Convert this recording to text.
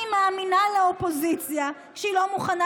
אני מאמינה לאופוזיציה שהיא לא מוכנה